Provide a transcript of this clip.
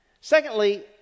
Secondly